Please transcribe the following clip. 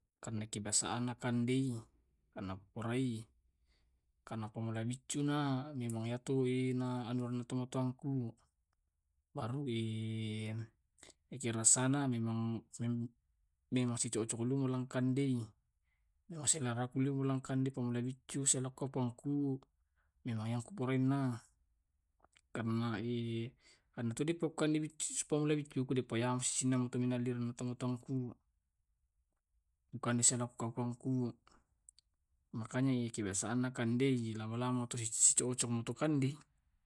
Karena kebiasaanna kandei, karna ku porai. Karna pamula biccu na memang yato na anuang ka tomatuang ku. Baru eh eki rasa na memang me memang sico'cok ka ulung kandei. Memang selera ku li ulang kandei pamula biccu silo ko puangku memang iya mo ku porainna karna karna to dia pakuale biccu sipamula biccu ku beppa siamanu na elli na tomatuangku. ku kande silong kawang kawangku makanya kebiasaan ma kandei, lama lama to si cocok ma tu kandei.